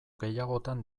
gehiagotan